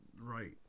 right